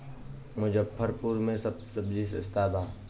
मुजफ्फरपुर में सबजी सस्ता बा